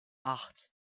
acht